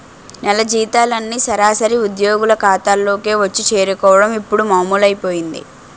నెల జీతాలన్నీ సరాసరి ఉద్యోగుల ఖాతాల్లోకే వచ్చి చేరుకోవడం ఇప్పుడు మామూలైపోయింది